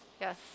Yes